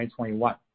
2021